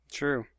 true